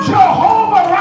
Jehovah